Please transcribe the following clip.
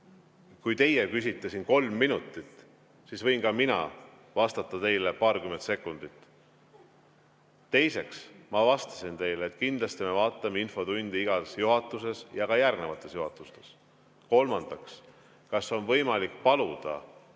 Kui teie küsite siin kolm minutit, siis võin ka mina vastata teile paarkümmend sekundit. Teiseks, ma vastasin teile, et kindlasti me vaatame infotundi igas juhatuses ja ka järgnevates juhatustes. Kolmandaks, kas on võimalik, kui